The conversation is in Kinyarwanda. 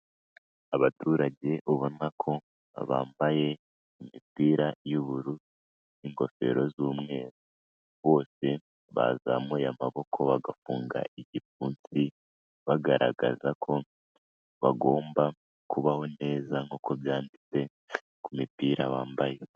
Abaturage ubona ko bambaye imipira y'ubururu n'ingofero z'umweru. Bose bazamuye amaboko bagafunga igipfunsi bagaragaza ko bagomba kubaho neza nk'uko byanditse ku mipira bambaye.